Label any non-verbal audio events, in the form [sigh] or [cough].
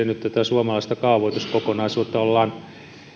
[unintelligible] nyt tätä suomalaista kaavoituskokonaisuutta ollaan